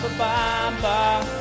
bye-bye